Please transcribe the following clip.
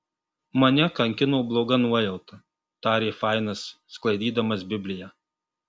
mane kankino bloga nuojauta tarė fainas sklaidydamas bibliją